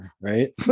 right